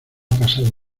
pasado